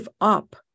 up